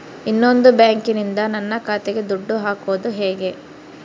ಇನ್ನೊಂದು ಬ್ಯಾಂಕಿನಿಂದ ನನ್ನ ಖಾತೆಗೆ ದುಡ್ಡು ಹಾಕೋದು ಹೇಗೆ?